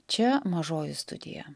čia mažoji studija